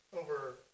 over